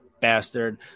bastard